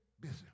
busy